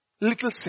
Little